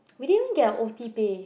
we didn't get O_T paid